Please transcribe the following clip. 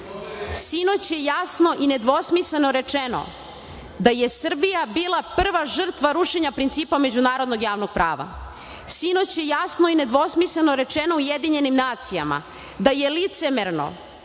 Sinoć je jasno i nedvosmisleno rečeno da je Srbija bila prva žrtva rušenja principa međunarodnog javnog prava. Sinoć je jasno i nedvosmisleno rečeno u UN da je licemerno,